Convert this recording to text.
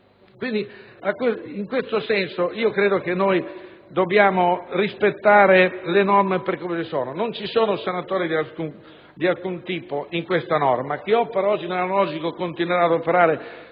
In questo senso, credo che noi dobbiamo rispettare le norme per quello che sono: non ci sono sanatorie di alcun tipo in questa norma, perché chi opera oggi nell'analogico continuerà ad operare